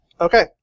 Okay